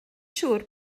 siŵr